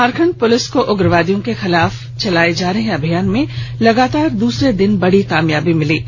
Jharkhand police को उग्रवादियों के खिलाफ चलाए जा रहे अभियान में लगातार दूसरे दिन भी बड़ी कामयाबी मिली है